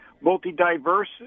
multi-diverse